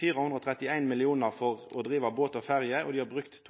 431 mill. kr for å drive båt og ferje, og dei har brukt